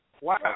Wow